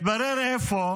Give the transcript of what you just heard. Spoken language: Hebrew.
מתברר אפוא